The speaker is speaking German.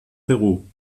peru